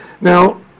Now